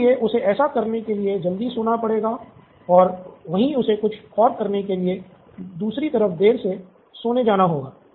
इसलिए उसे ऐसा करने के लिए जल्दी सोना पड़ेगा और वही उसे कुछ और करने के लिए दूसरी तरफ देर से सोने जाना होगा